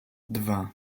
dwa